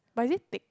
but is it thick